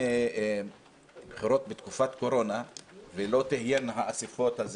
בתקופת קורונה ולא תהיינה אספות,